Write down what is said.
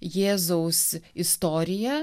jėzaus istorija